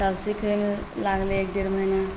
तब सिखैमे लागलै एक डेढ़ महिना